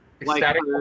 Ecstatic